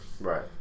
right